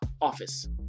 office